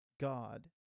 God